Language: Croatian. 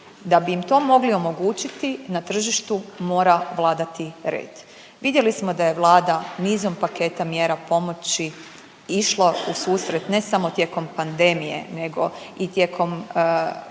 Da bi im to mogli omogućiti na tržištu mora vladati red. Vidjeli smo da je Vlada nizom paketa mjera pomoći išla u susret ne samo tijekom pandemije nego i tijekom